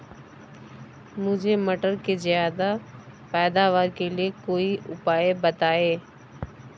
मुझे मटर के ज्यादा पैदावार के लिए कोई उपाय बताए?